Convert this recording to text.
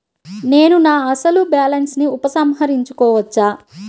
నేను నా అసలు బాలన్స్ ని ఉపసంహరించుకోవచ్చా?